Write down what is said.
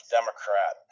Democrat